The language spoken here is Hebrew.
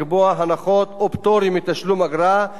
בהתאם לאמות מידה שיקבע השר.